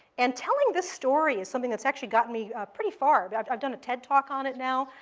and telling this story is something that's actually got me pretty far. but i've i've done a ted talk on it now.